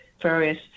various